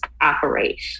operate